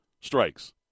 strikes